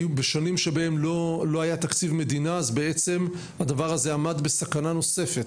בשנים שבהן לא היה תקציב מדינה בעצם הדבר הזה עמד בסכנה נוספת,